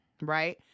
right